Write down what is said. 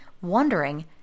wondering